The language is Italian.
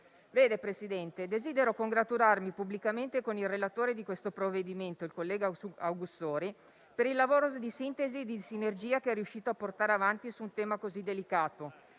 dell'articolo. Desidero congratularmi pubblicamente con il relatore del provvedimento, collega Augussori, per il lavoro di sintesi e sinergia che è riuscito a portare avanti su un tema così delicato,